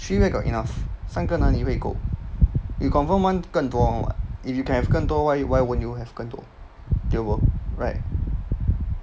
three where got enough 三个那里会够 you confirm want 更多的 [one] [what] if you can have 更多 why why won't you have 更多 tio bo right